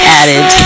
added